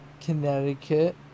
Connecticut